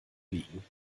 liegen